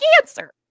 cancer